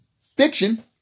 fiction